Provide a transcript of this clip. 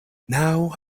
now